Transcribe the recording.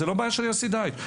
זאת לא בעיה של יוסי דייטש.